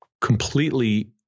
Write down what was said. completely